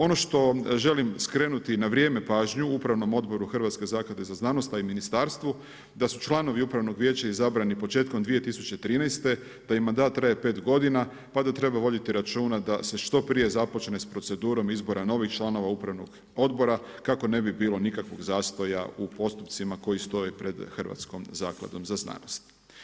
Ono što želim skrenuti na vrijeme pažnju upravnom odboru Hrvatske zaklade za znanost a i ministarstvu da su članovi Upravnog vijeća izabrani početkom 2013., da im mandat traje 5 godina pa da treba voditi računa da se što prije započne sa procedurom izbora novih članova upravnih odbora kako ne bi bilo nikakvog zastoja u postupcima koji stoje pred Hrvatskom zakladom za znanost.